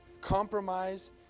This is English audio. compromise